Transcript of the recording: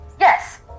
Yes